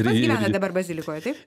pats gyvenat dabar bazilikoje taip